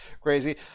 crazy